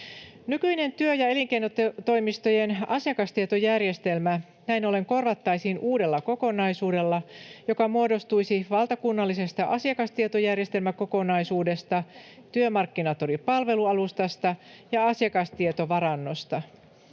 Nykyinen työ‑ ja elinkeinotoimistojen asiakastietojärjestelmä näin ollen korvattaisiin uudella kokonaisuudella, joka muodostuisi valtakunnallisesta asiakastietojärjestelmäkokonaisuudesta, Työmarkkinatori-palvelualustasta ja asiakastietovarannosta.